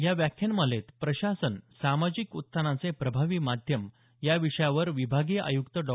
या व्याख्यानमालेत प्रशासन सामाजिक उत्थानाचे प्रभावी माध्यम या विषयावर विभागीय आयुक्त डॉ